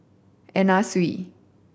Anna Sui